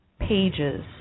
pages